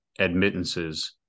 admittances